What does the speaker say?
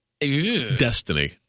Destiny